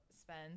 spend